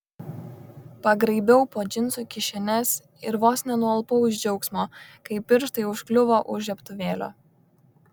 pagraibiau po džinsų kišenes ir vos nenualpau iš džiaugsmo kai pirštai užkliuvo už žiebtuvėlio